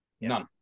None